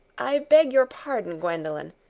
i beg your pardon, gwendolen,